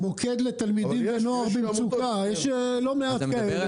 מוקד לתלמידים ונוער במצוקה ויש לא מעט כאלה.